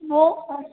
वो